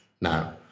now